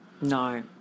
No